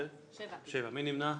הצבעה בעד ההסתייגות 4 נגד, 7 נמנעים,